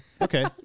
Okay